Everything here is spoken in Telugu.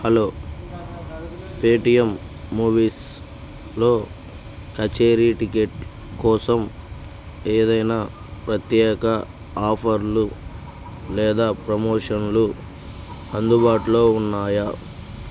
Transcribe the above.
హలో పేటీఎం మూవీస్లో కచేరీ టిక్కెట్ కోసం ఏదైనా ప్రత్యేక ఆఫర్లు లేదా ప్రమోషన్లు అందుబాటులో ఉన్నాయా